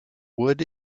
wood